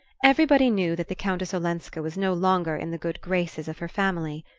everybody knew that the countess olenska was no longer in the good graces of her family.